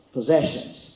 Possessions